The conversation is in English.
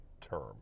term